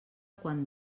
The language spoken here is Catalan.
quan